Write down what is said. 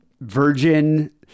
virgin